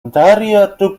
ontario